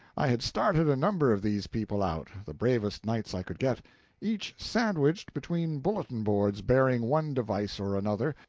i had started a number of these people out the bravest knights i could get each sandwiched between bulletin-boards bearing one device or another,